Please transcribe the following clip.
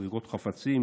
זריקת חפצים,